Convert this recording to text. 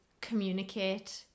communicate